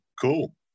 cool